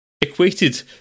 equated